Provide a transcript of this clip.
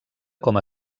com